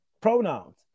pronouns